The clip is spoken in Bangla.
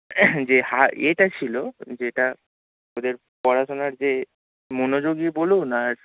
যে হা ইয়েটা ছিলো যেটা ওদের পড়াশোনার যে মনোযোগই বলুন আর